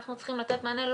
אנחנו צריכים לתת מענה.